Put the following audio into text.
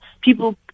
people